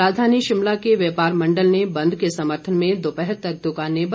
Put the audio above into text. राजधानी शिमला के व्यापार मंडल ने बंद के समर्थन में दोपहर तक द्वकानें बंद रखी